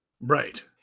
right